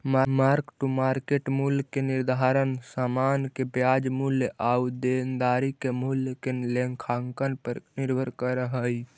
mark to market मूल्य के निर्धारण समान के बाजार मूल्य आउ देनदारी के मूल्य के लेखांकन पर निर्भर करऽ हई